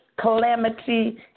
calamity